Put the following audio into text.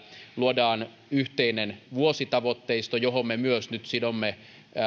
luodaan yhteinen vuositavoitteisto johon me myös nyt sidomme